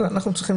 יש להם